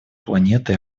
планеты